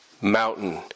Mountain